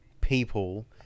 people